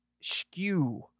skew